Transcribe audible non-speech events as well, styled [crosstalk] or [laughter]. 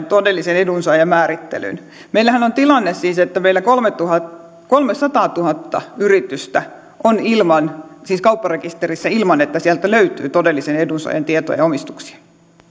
[unintelligible] todellisen edunsaajan määrittelyyn meillähän on siis tilanne että meillä kolmesataatuhatta kolmesataatuhatta yritystä on kaupparekisterissä ilman että sieltä löytyy todellisen edunsaajan tietoja ja omistuksia ne